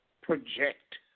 project